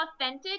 authentic